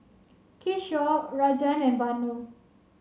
Kishore Rajan and Vanu